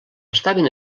estaven